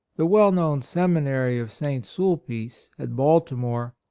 the well-known seminary of st. sulpice, at balti more,